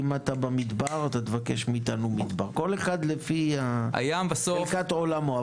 אם אתה במדבר אתה תבקש מאיתנו מדבר כל אחד לפי חלקת עולמו.